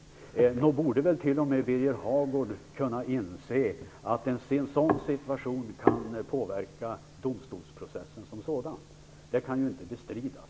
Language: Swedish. Nog borde väl även Birger Hagård kunna inse att en sådan situation kan påverka domstolsprocessen som sådan. Det kan inte bestridas.